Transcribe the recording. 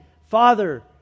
Father